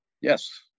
Yes